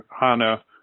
HANA